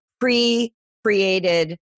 pre-created